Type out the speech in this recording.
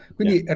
Quindi